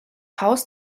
haus